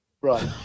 right